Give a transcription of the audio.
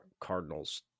Cardinals